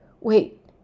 Wait